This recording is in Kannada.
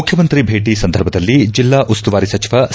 ಮುಖ್ಯಮಂತ್ರಿ ಭೇಟಿ ಸಂದರ್ಭದಲ್ಲಿ ಜಿಲ್ಲಾ ಉಸ್ತುವಾರಿ ಸಚಿವ ಸಿ